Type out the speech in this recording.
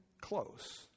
close